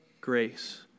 grace